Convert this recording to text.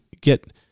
get